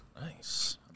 Nice